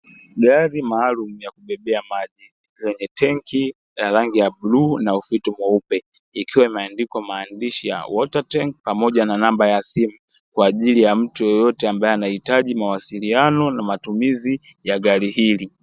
Gari maalumu ya kubebea maji, yenye tenki ya rangi ya bluu na ufito mweupe, ikiwa imeandikwa maandishi ya "Water tank", pamoja na namba ya simu kwa ajili ya mtu yeyote ambae anahitaji mawasiliano na matumizi ya gari hili.